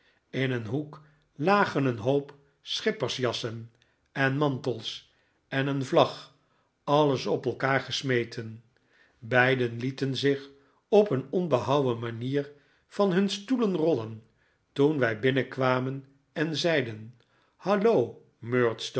in een hoek lagen een hoop schippersjassen en mantels en een vlag alles op elkaar gesmeten beiden lieten zich op een onbehouwen manier van hun stoelen rollen toen wij binnenkwamen en zeiden hallo